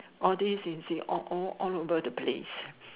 all this this all all all over the place